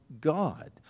God